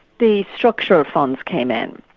the structural funds came in.